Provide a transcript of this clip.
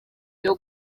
byo